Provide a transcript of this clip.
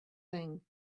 thing